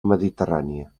mediterrània